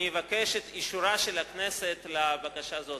אני אבקש את אישור הכנסת לבקשה הזאת.